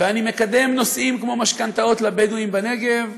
ואני מקדם נושאים כמו משכנתאות לבדואים בנגב,